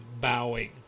bowing